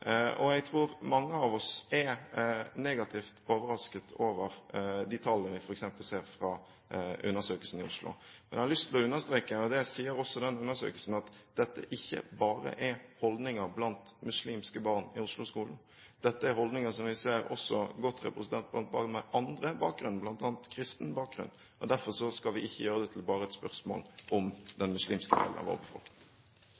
Og jeg tror at mange av oss er negativt overrasket over de tallene vi f.eks. ser fra undersøkelsen i Oslo. Jeg har lyst til å understreke, og det sier også den undersøkelsen, at dette ikke bare er holdninger blant muslimske barn i Oslo-skolen. Dette er holdninger som vi ser også godt representert blant barn med annen bakgrunn, bl.a. kristen bakgrunn. Derfor skal vi ikke gjøre dette til bare et spørsmål om